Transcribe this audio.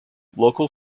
local